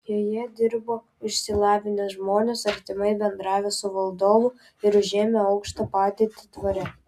joje dirbo išsilavinę žmonės artimai bendravę su valdovu ir užėmę aukštą padėtį dvare